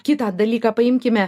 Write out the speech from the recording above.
kitą dalyką paimkime